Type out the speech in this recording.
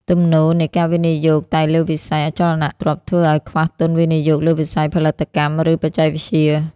ទំនោរនៃការវិនិយោគតែលើវិស័យ "អចលនទ្រព្យ" ធ្វើឱ្យខ្វះទុនវិនិយោគលើវិស័យផលិតកម្ម ឬបច្ចេកវិទ្យា។